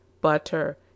butter